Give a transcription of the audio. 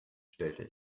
stellte